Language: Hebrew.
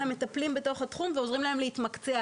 המטפלים בתחום ועוזרים להם להתמקצע,